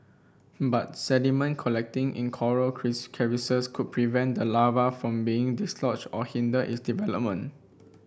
but sediment collecting in coral could prevent the larva from being dislodged or hinder its development